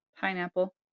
pineapple